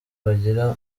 bagira